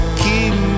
keep